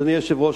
אדוני היושב-ראש,